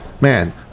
Man